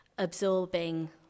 absorbing